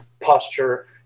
posture